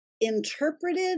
interpreted